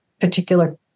particular